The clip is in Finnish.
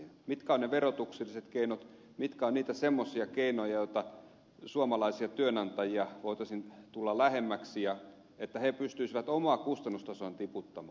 mitkä ovat ne verotukselliset keinot mitkä ovat niitä semmoisia keinoja joilla suomalaisia työnantajia voitaisiin tulla lähemmäksi että he pystyisivät omaa kustannustasoaan tiputtamaan